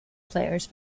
players